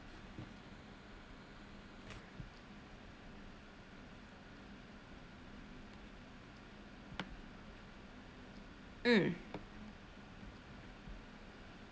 mm